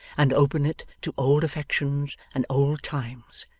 and open it to old affections and old times.